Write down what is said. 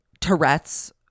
Tourette's